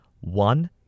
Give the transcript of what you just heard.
One